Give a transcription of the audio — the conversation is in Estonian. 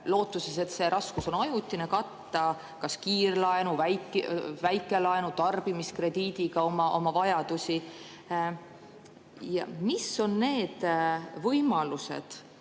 lootuses, et see raskus on ajutine, katta kas kiirlaenu, väikelaenu, tarbimiskrediidiga oma vajadusi. Mis on need võimalused,